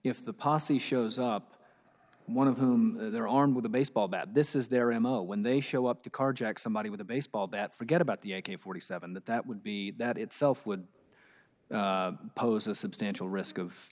if the posse shows up one of whom they're armed with a baseball bat this is their m o when they show up to carjack somebody with a baseball bat forget about the forty seven that that would be that itself would pose a substantial risk of